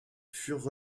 furent